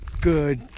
good